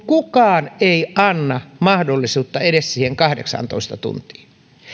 kukaan ei anna mahdollisuutta edes siihen kahdeksaantoista tuntiin